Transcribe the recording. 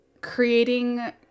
creating